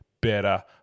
better